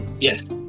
yes